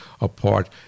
apart